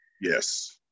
Yes